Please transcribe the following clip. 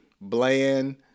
bland